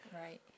right